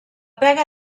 pega